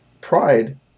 pride